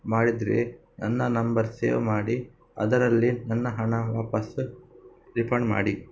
ಮಾಡಿದರೆ ನನ್ನ number save ಮಾಡಿ ಅದರಲ್ಲಿ ನನ್ನ ಹಣ ವಾಪಸ್ಸು ರಿಫಂಡ್ ಮಾಡಿ